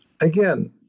Again